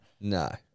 No